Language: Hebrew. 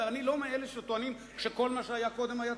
ואני לא מאלה שטוענים שכל מה שהיה קודם היה תקין,